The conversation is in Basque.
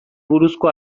buruzko